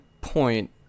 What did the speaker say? point